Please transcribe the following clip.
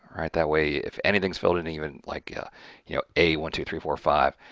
right, that way, if anything's filled in, even like yeah you know a one two three four five,